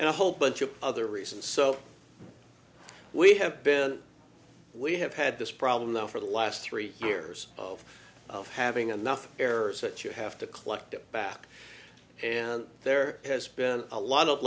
and a whole bunch of other reasons so we have been we have had this problem now for the last three years of having enough errors that you have to collect it back and there has been a lot of